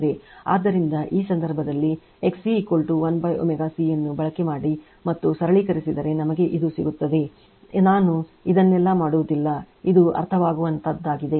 ಆದ್ದರಿಂದ ಆ ಸಂದರ್ಭದಲ್ಲಿ XC 1 ω C ಅನ್ನು ಬಳಕೆ ಮಾಡಿ ಮತ್ತು ಸರಳೀಕರಿಸಿದರೆ ನಮಗೆ ಇದು ಸಿಗುತ್ತದೆ ನಾನು ಇದನ್ನೆಲ್ಲಾ ಮಾಡುವುದಿಲ್ಲ ಇದು ಅರ್ಥವಾಗುವಂತಹದ್ದಾಗಿದೆ